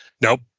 Nope